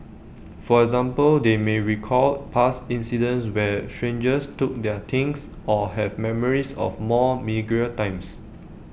for example they may recall past incidents where strangers took their things or have memories of more meagre times